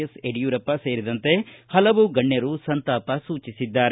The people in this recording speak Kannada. ಎಸ್ ಯಡಿಯೂರಪ್ಪ ಸೇರಿದಂತೆ ಪಲವು ಗಣ್ಯರು ಸಂತಾಪ ಸೂಚಿಸಿದ್ದಾರೆ